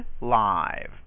live